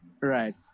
right